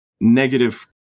negative